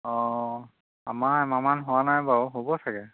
অঁ আমাৰ এমাহমান হোৱা নাই বাৰু হ'ব চাগে